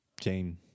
Jane